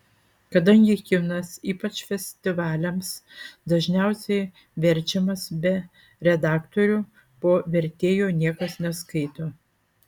kadangi kinas ypač festivaliams dažniausiai verčiamas be redaktorių po vertėjo niekas neskaito